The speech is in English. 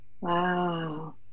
Wow